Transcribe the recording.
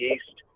East